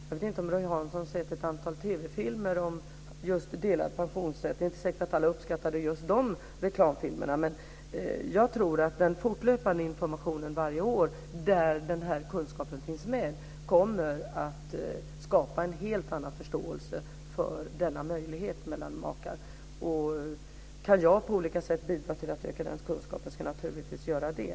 Jag vet inte om Roy Hansson har sett ett antal TV-filmer om just delad pensionsrätt. Det är inte säkert att alla uppskattade just de reklamfilmerna, men jag tror att den fortlöpande informationen varje år där denna kunskap finns med kommer att skapa en helt annan förståelse för denna möjlighet för makar. Kan jag på olika sätt bidra till att öka den kunskapen ska jag naturligtvis göra det.